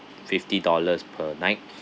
fifty dollars per night